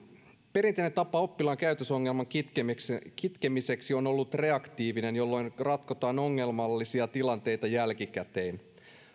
perinteinen tapa oppilaan käytösongelman kitkemiseksi kitkemiseksi on ollut reaktiivinen jolloin ratkotaan ongelmallisia tilanteita jälkikäteen